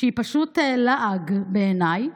שהיא פשוט לעג בעיניי: